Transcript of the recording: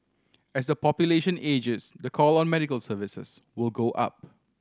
as the population ages the call on medical services will go up